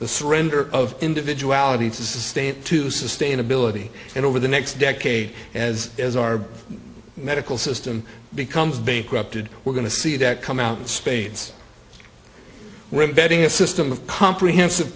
the surrender of individuality to sustain to sustainability and over the next decade as as our medical system becomes bankrupted we're going to see that come out in spades with betting a system of comprehensive